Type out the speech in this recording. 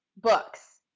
Books